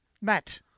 Matt